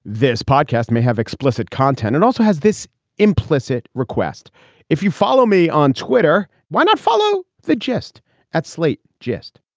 this podcast may have explicit content and also has this implicit request if you follow me on twitter. why not follow the gist at slate? just